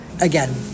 Again